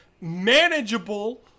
manageable